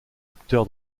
acteur